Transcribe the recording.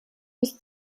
bis